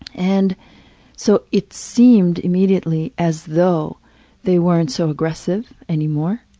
and so it seemed immediately as though they weren't so aggressive anymore.